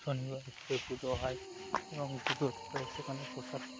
শনিবার থেকে পুজো হয় এবং পুজোর পর সেখানে প্রসাদ